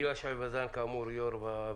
חברת הכנסת הילה שי וזאן יו"ר הוועדה,